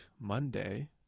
Monday